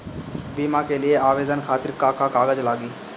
बीमा के लिए आवेदन खातिर का का कागज चाहि?